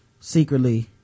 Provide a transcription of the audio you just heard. secretly